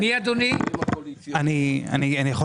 זה לא פותר את הבעיה.